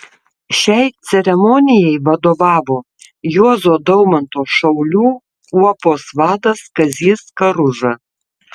šiai ceremonijai vadovavo juozo daumanto šaulių kuopos vadas kazys karuža